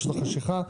בשעות החשכה,